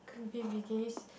baby can you s~